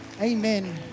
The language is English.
Amen